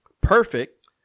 Perfect